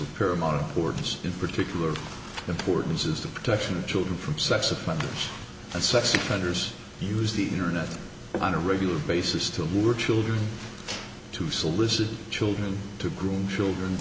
paramount importance in particular importance is the protection of children from sex offenders and sex offenders use the internet on a regular basis to were children to solicit children to groom children